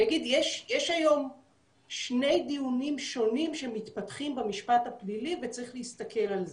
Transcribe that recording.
יש היום שני דיונים שונים שמתפתחים במשפט הפלילי וצריך להסתכל על זה.